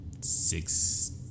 six